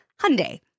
Hyundai